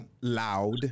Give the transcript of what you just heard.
loud